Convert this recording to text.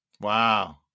Wow